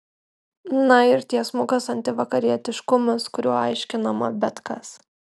na ir tiesmukas antivakarietiškumas kuriuo aiškinama bet kas